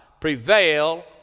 prevail